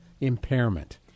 Impairment